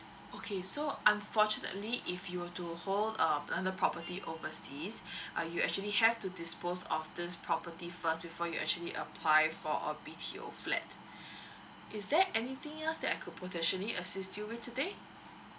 okay so unfortunately if you will to hold uh another property overseas uh you actually have to dispose of this property first before you actually apply for a B_T_O flat is there anything else that could potentially assist you with today